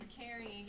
carrying